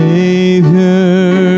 Savior